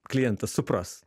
klientas supras